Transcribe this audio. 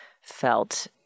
felt